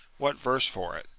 what verse for it?